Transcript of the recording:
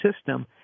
system